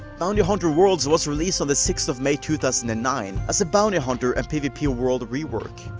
bounty hunter worlds was released on sixth of may two thousand and nine as a bounty hunter and pvp world rework.